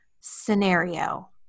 scenario